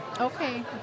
Okay